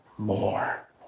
More